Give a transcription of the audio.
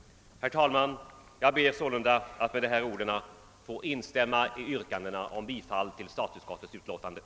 Herr talman! Med dessa ord ber jag att få instämma i yrkandena om bifall till statsutskottets hemställan.